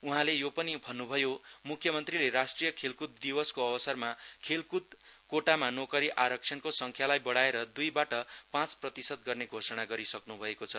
उहाँले यो पनि जानकारी दिनुभयो कि मुख्यमन्त्रीले राष्ट्रिय खेलकुद दिवसको अवसरमा खेलकुद कोटामा नोकरी आरक्षणको संख्यालाई बढाएर दुईबाट पाँच प्रतिशत गर्ने घोषणा गरिसक्रु भएको छ